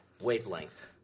wavelength